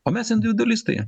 o mes individualistai